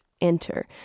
enter